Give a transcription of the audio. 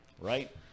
right